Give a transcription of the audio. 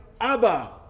Abba